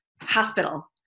Hospital